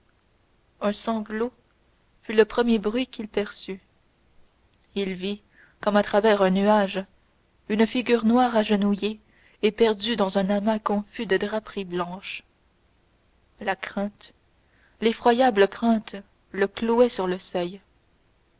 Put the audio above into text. un sanglot fut le premier bruit qu'il perçut il vit comme à travers un nuage une figure noire agenouillée et perdue dans un amas confus de draperies blanches la crainte l'effroyable crainte le clouait sur le seuil